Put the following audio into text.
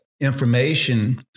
information